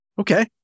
Okay